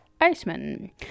Iceman